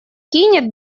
кинет